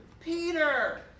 Peter